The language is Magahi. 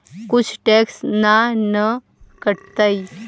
कुछ टैक्स ना न कटतइ?